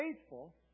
faithful